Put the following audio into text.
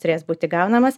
turės būti gaunamas